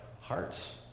hearts